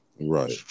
Right